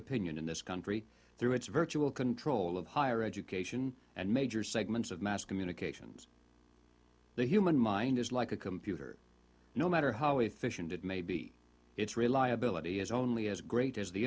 opinion in this country through its virtual control of higher education and major segments of mass communications the human mind is like a computer no matter how efficient it may be its reliability is only as great as the